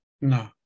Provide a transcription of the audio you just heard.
No